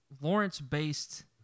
Lawrence-based